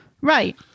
Right